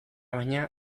baina